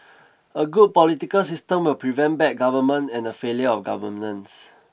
a good political system will prevent bad government and the failure of governance